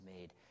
made